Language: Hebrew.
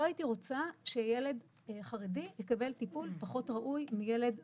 לא הייתי רוצה שילד חרדי יקבל טיפול פחות ראוי מילד חילוני.